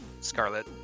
scarlet